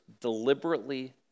deliberately